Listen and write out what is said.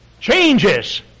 Changes